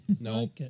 Nope